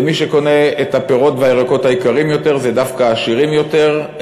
ומי שקונה את הפירות והירקות היקרים יותר אלה דווקא העשירים יותר,